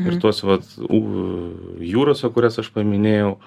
ir tuos vat u jūrose kurias aš paminėjau